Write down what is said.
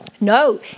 No